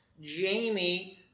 Jamie